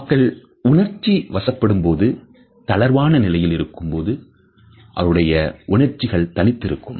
மக்கள் உணர்ச்சிவசப்படும் போதும் தளர்வான நிலையில் இருக்கும் போதும் அவனுடைய உணர்ச்சிகள்தனிந்து இருக்கும்